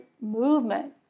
movement